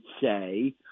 say